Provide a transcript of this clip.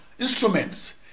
instruments